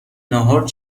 نهار